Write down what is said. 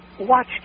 watch